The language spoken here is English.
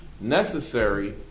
necessary